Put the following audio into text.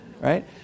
Right